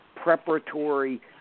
preparatory